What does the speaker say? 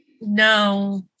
no